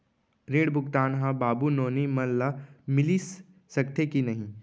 ऋण भुगतान ह बाबू नोनी मन ला मिलिस सकथे की नहीं?